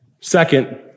Second